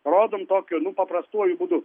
rodom tokiu nu paprastuoju būdu